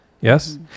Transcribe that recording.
yes